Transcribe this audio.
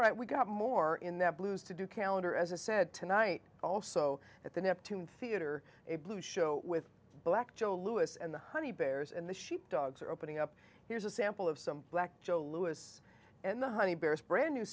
right we got more in the blues to do calendar as i said tonight also at the neptune theater a blues show with black joe lewis and the honey bears and the sheep dogs are opening up here's a sample of some black joe lewis and the honey bear's brand new